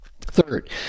Third